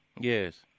Yes